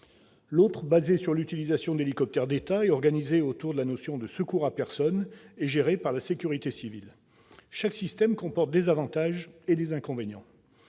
L'autre fondée sur l'utilisation d'hélicoptères d'État, agencée autour de la notion de secours à personne, et gérée par la sécurité civile. Chaque système comporte des avantages et des inconvénients.